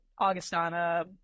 Augustana